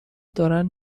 دارن